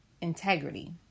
Integrity